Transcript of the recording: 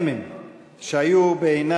אנחנו עוברים לנושא